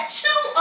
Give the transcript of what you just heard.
two